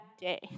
day